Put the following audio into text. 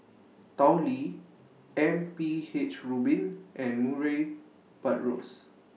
Tao Li M P H Rubin and Murray Buttrose